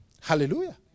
Hallelujah